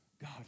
God